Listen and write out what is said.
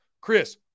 Chris